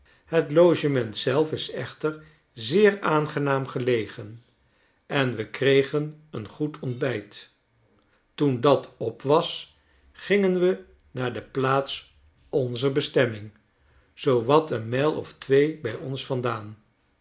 het logement zelf is echter zeer aangenaam gelegen en we kregen een goed ontbijt toen dat op was gingen we naar de plaats onzer bestemming zoo wat een mijl of twee bij ons vandaan